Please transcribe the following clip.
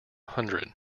hundred